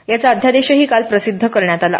याचा अध्यादेशही काल प्रसिद्ध करण्यात आला